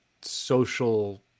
social